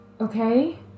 Okay